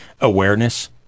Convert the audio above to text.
awareness